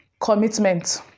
Commitment